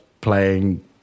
playing